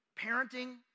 parenting